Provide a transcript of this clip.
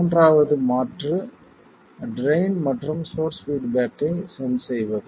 மூன்றாவது மாற்று ட்ரைன் மற்றும் சோர்ஸ் பீட்பேக் ஐ சென்ஸ் செய்வது